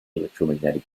electromagnetic